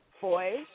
boys